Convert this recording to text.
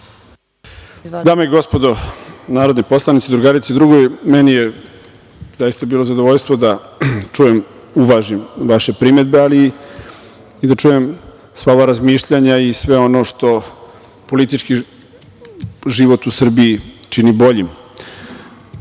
Dame i gospodo narodni poslanici, drugarice i drugovi, meni je zaista bilo zadovoljstvo da čujem, uvažim vaše primedbe, ali i da čujem sva ova razmišljanja i sve ono što politički život u Srbiji čini